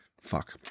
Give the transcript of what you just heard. Fuck